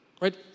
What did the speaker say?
Right